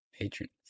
Patrons